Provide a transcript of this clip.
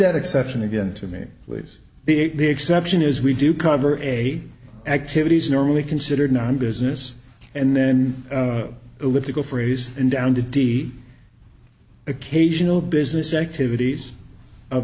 that exception again to me was big the exception is we do cover a activities normally considered non business and then elliptical phrase and down to d occasional business activities of